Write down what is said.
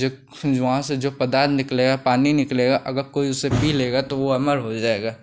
तो वहाँ से जो पदार्थ निकलेगा पानी निकलेगा अगर कोई उसे पी लेगा तो वह अमर हो जाएगा